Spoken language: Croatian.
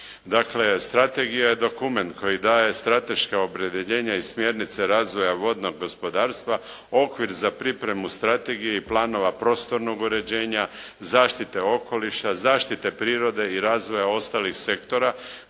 strategija je dokument koji daje strateška opredjeljenja i smjernice razvoja vodnog gospodarstva, okvir za pripremu strategije i planova prostornog uređenja, zaštite okoliša, zaštite prirode i razvoja ostalih sektora